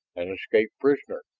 an escaped prisoner?